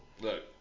Look